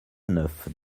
neuf